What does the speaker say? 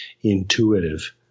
intuitive